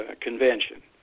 convention